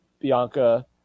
bianca